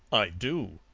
i do.